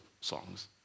songs